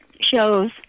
shows